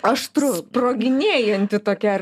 aštrus proginėjanti tokia ar